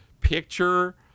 picture